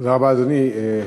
תודה רבה, אדוני.